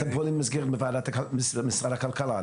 אתם במסגרת משרד הכלכלה?